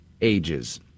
ages